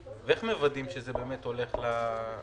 זה דבר חדש שעולה עכשיו לדיון.